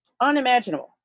unimaginable